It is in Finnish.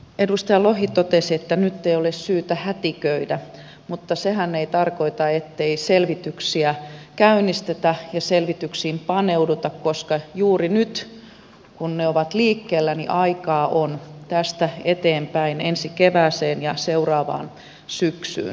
edustaja lohi totesi että nyt ei ole syytä hätiköidä mutta sehän ei tarkoita ettei selvityksiä käynnistetä ja selvityksiin paneuduta koska juuri nyt kun ne ovat liikkeellä niin aikaa on tästä eteenpäin ensi kevääseen ja seuraavaan syksyyn